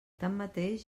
tanmateix